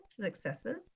successes